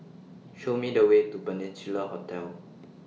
Show Me The Way to Peninsula Hotel